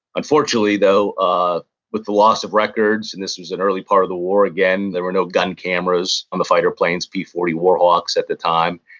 unfortunately, though, with the loss of records, and this was an early part of the war, again. there were no gun cameras on the fighter planes, p forty warhawks, at the time.